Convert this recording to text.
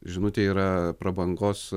žinutė yra prabangos